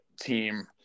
team